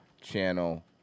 channel